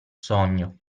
sogno